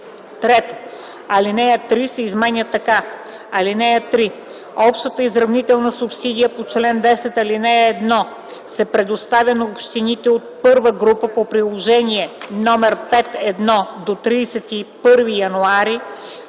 3. Алинея 3 се изменя така: „(3) Общата изравнителна субсидия по чл. 10, ал. 1 се предоставя на общините от първа група по приложение № 5.1 до 31 януари